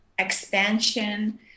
expansion